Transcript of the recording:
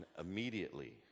Immediately